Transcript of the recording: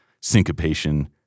syncopation